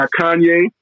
Kanye